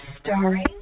starring